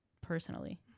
personally